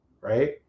right